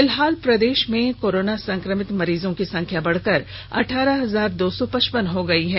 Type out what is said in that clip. फिलहाल प्रदेश में कोरोना संक्रमित मरीजों की संख्या बढ़कर अठारह हजार दो सौ पचपन हो गई है